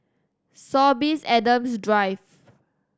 Sorbies Adams Drive